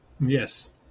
Yes